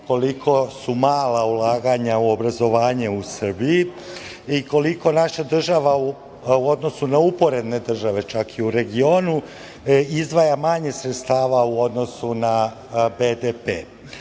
koliko su mala ulaganja u obrazovanje u Srbiji i koliko naša država u odnosu na uporedne države, čak i regionu, izdvaja manje sredstava u odnosu na BDP.